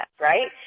right